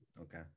okay